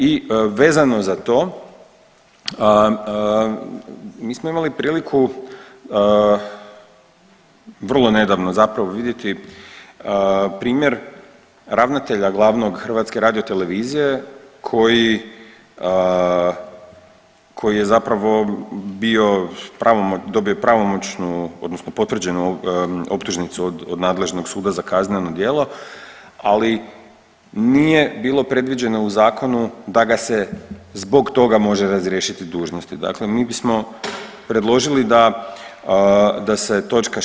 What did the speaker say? I vezano za to mi smo imali priliku vrlo nedavno zapravo vidjeti primjer ravnatelja glavnog HRT-a koji, koji je zapravo bio, dobio je pravomoćnu odnosno potvrđenu optužnicu od nadležnog suda za kazneno djelo, ali nije bilo predviđeno u zakonu da ga se zbog toga može razriješiti dužnosti, dakle mi bismo predložili da, da se toč.